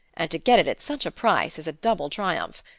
and to get it at such a price is a double triumph.